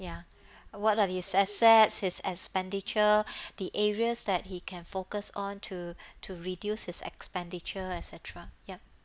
ya uh what are his assets his expenditure the areas that he can focus on to to reduce his expenditure et cetera yup